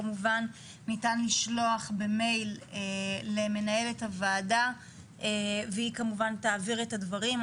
כמובן ניתן לשלוח במייל למנהלת הוועדה והיא כמובן תעביר את הדברים.